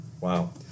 Wow